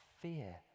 fear